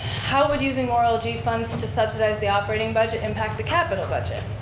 how would using more olg funds to subsidize the operating budget impact the capital budget?